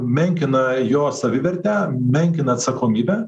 menkina jo savivertę menkina atsakomybę